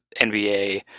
NBA